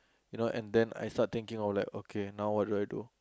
you know and then I start thinking of like okay now what do I do